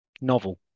novel